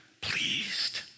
pleased